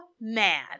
mad